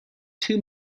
two